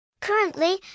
Currently